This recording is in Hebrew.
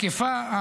היקפה,